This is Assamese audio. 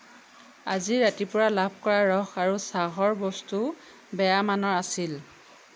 আজি ৰাতিপুৱা লাভ কৰা ৰস আৰু চাহৰ বস্তু বেয়া মানৰ আছিল